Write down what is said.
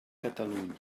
catalunya